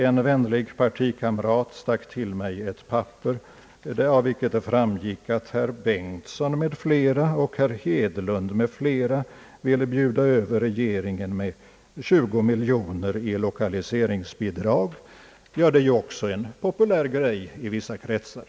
En vänlig partikamrat stack till mig ett papper, av vilket det framgick att herr Bengtson m, fl. och herr Hedlund m.fl. ville bjuda över regeringen med 20 miljoner kronor i lokaliseringsbidrag — det är ju också en populär grej i vissa kretsar!